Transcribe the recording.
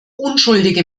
unschuldige